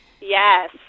Yes